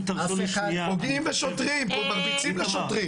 פוגעים בשוטרים פה, מרביצים לשוטרים.